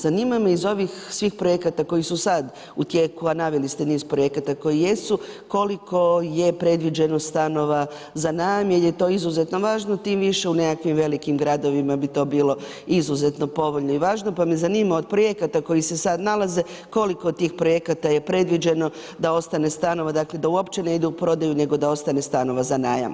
Zanima me iz ovih svih projekata koji su sad u tijeku, a naveli ste niz projekata koji jesu, koliko je predviđeno stanova za najam jer je to izuzetno važno tim više u nekakvim velikim gradovima bi to bilo izuzetno povoljno i važno, pa me zanima od projekata koji se sad nalaze, koliko tih projekata je predviđeno da ostane stanova, dakle da uopće ne ide u prodaju nego da ostane stanova za najam?